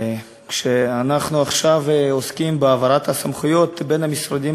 כשאנחנו עכשיו עוסקים בהעברת הסמכויות בין המשרדים